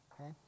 Okay